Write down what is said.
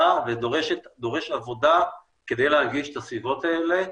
ודורש עבודה כדי להנגיש את הסביבות האלה.